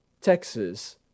Texas